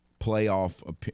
playoff